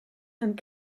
and